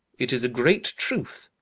it is a great truth.